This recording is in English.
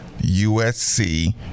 USC